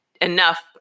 enough